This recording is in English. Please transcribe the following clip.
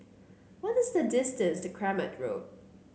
what is the distance to Kramat